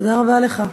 תודה רבה לך.